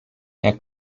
herr